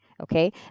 Okay